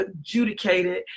adjudicated